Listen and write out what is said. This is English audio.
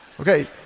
Okay